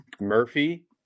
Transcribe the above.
Murphy